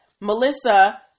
Melissa